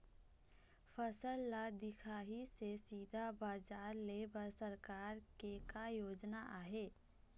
फसल ला दिखाही से सीधा बजार लेय बर सरकार के का योजना आहे?